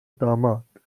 داماد